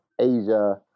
Asia